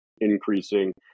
increasing